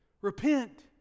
repent